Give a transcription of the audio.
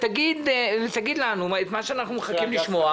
ותגיד לנו את מה שאנחנו מחכים לשמוע,